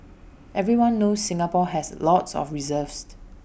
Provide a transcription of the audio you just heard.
everyone knows Singapore has lots of reserves